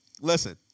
listen